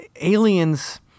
aliens